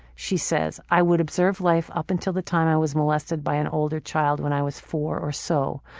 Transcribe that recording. she says, i would observe life up until the time i was molested by an older child when i was four or so.